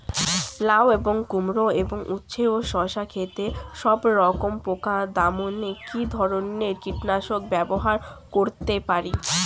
লাউ এবং কুমড়ো এবং উচ্ছে ও শসা ক্ষেতে সবরকম পোকা দমনে কী ধরনের কীটনাশক ব্যবহার করতে পারি?